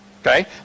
Okay